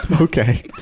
Okay